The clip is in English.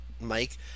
Mike